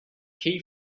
key